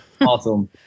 Awesome